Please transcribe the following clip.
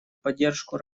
поддержку